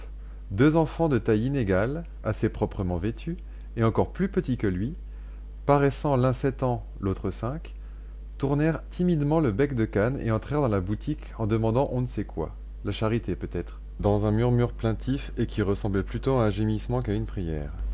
deux enfants de taille inégale assez proprement vêtus et encore plus petits que lui paraissant l'un sept ans l'autre cinq tournèrent timidement le bec-de-cane et entrèrent dans la boutique en demandant on ne sait quoi la charité peut-être dans un murmure plaintif et qui ressemblait plutôt à un gémissement qu'à une prière